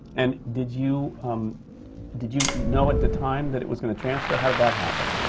and did you um did you know at the time that it was going to transfer? how did that happen?